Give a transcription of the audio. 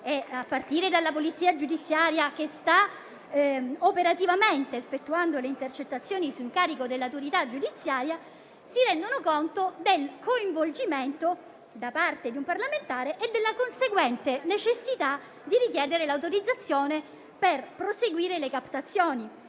a partire dalla polizia giudiziaria che sta operativamente effettuando le intercettazioni su incarico dell'autorità giudiziaria, si rendono conto del coinvolgimento da parte di un parlamentare e della conseguente necessità di richiedere l'autorizzazione per proseguire le captazioni,